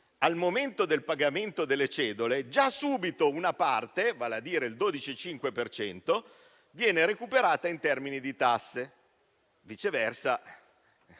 al momento del pagamento delle cedole, già subito una parte, vale a dire il 12,5 per cento, viene recuperata in termini di tasse. Viceversa,